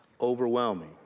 overwhelming